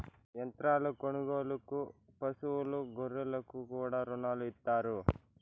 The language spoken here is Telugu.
యంత్రాల కొనుగోలుకు పశువులు గొర్రెలకు కూడా రుణాలు ఇత్తారు